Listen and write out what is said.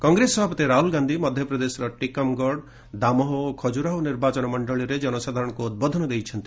କଂଗ୍ରେସ ସଭାପତି ରାହୁଲ ଗାନ୍ଧି ମଧ୍ୟପ୍ରଦେଶର ଟିକମଗଡ ଦାମୋହ ଓ ଖଜୁରାହୋ ନିର୍ବାଚନ ମଣ୍ଡଳୀରେ ଜନସାଧାରଣଙ୍କୁ ଉଦ୍ବୋଧନ ଦେଇଛନ୍ତି